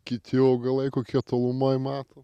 kiti augalai kokie tolumoje matomi